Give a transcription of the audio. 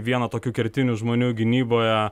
vieną tokių kertinių žmonių gynyboje